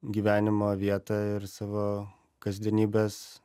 gyvenimo vietą ir savo kasdienybės